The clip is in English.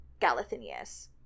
Galathinius